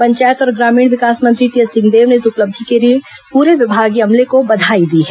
पंचायत और ग्रामीण विकास मंत्री टीएस सिंहदेव ने इस उपलब्धि के लिए पूरे विभागीय अमले को बधाई दी है